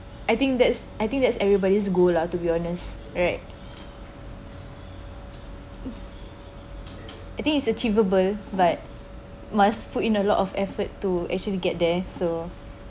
I think that's I think that's everybody's good lah to be honest I think is achievable but must put in a lot of effort to actually get there so